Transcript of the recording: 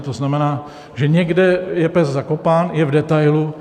To znamená, že někde je pes zakopán, je v detailu.